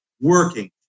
working